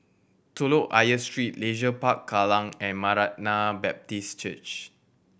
Telok Ayer Street Leisure Park Kallang and Maranatha Baptist Church